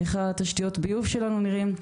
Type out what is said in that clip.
איך תשתיות הביוב שלנו נראים,